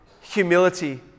humility